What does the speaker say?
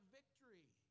victory